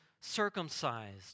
circumcised